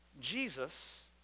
Jesus